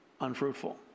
unfruitful